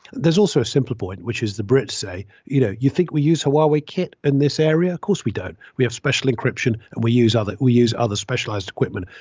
there's also a simple point, which is the brits say, you know, you think we use hawi kit in this area cause we don't. we have special encryption. and we use other we use other specialized equipment.